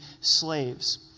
slaves